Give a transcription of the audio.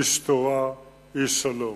איש תורה, איש שלום.